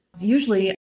usually